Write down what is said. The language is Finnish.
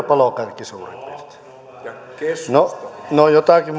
palokärki suurin piirtein no jotakin